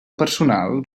personal